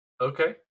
Okay